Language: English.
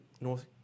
North